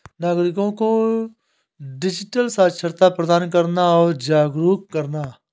नागरिको को डिजिटल साक्षरता प्रदान करना और जागरूक करना